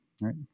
right